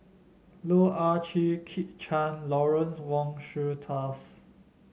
Loh Ah Chee Kit Chan and Lawrence Wong Shyun Tsai